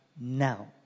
now